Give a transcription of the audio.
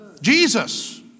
Jesus